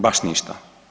Baš ništa.